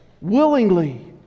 willingly